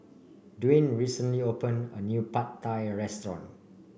Dwaine recently open a new Pad Thai restaurant